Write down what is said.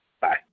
Bye